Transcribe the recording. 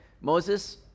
moses